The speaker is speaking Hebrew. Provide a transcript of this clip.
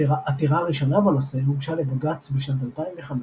עתירה ראשונה בנושא הוגשה לבג"ץ בשנת 2005,